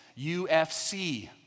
UFC